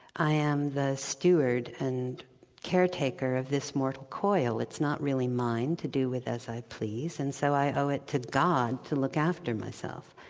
i am the steward and caretaker of this mortal coil it's not really mine to do with as i please, and so i owe it to god to look after myself.